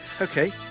Okay